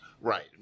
Right